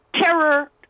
terror